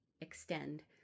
extend